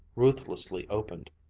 ruthlessly opened.